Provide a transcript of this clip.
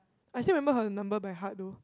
I still remember her number by heart though